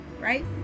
right